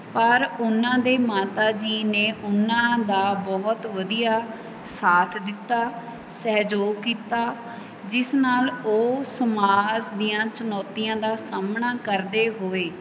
ਪਰ ਉਹਨਾਂ ਦੇ ਮਾਤਾ ਜੀ ਨੇ ਉਹਨਾਂ ਦਾ ਬਹੁਤ ਵਧੀਆ ਸਾਥ ਦਿੱਤਾ ਸਹਿਯੋਗ ਕੀਤਾ ਜਿਸ ਨਾਲ ਉਹ ਸਮਾਜ ਦੀਆਂ ਚੁਣੌਤੀਆਂ ਦਾ ਸਾਹਮਣਾ ਕਰਦੇ ਹੋਏ